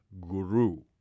Guru